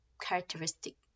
characteristic